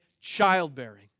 childbearing